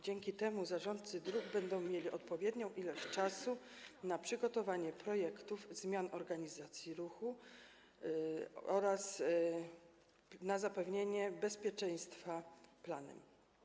Dzięki temu zarządcy dróg będą mieli odpowiednią ilość czasu na przygotowanie projektów zmian organizacji ruchu oraz na zapewnienie bezpieczeństwa zgodnie z planem.